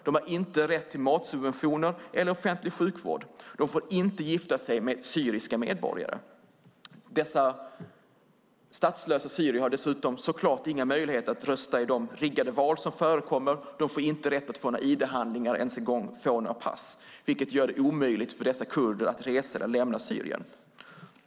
De har inte rätt till matsubventioner eller offentlig sjukvård. De får inte gifta sig med syriska medborgare. Dessa statslösa kurder har dessutom såklart ingen rätt att rösta i de riggade val som förekommer. De har inte heller rätt att få id-handlingar eller pass, vilket gör det omöjligt för dem att resa eller lämna Syrien.